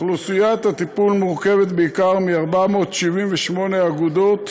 אוכלוסיית הטיפול מורכבת בעיקר מ-478 אגודות